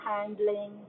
handling